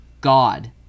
god